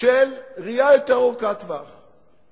של ראייה ארוכת טווח יותר.